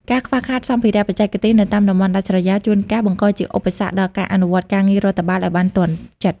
ការខ្វះខាតសម្ភារៈបច្ចេកទេសនៅតាមតំបន់ដាច់ស្រយាល ជួនកាលបង្កជាឧបសគ្គដល់ការអនុវត្តការងាររដ្ឋបាលឱ្យបានទាន់ចិត្ត។